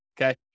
okay